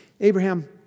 Abraham